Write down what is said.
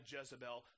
Jezebel